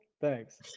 thanks